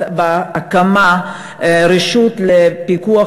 בהקמת רשות לפיקוח,